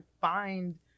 find